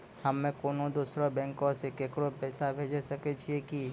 हम्मे कोनो दोसरो बैंको से केकरो पैसा भेजै सकै छियै कि?